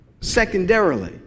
secondarily